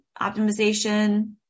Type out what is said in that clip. optimization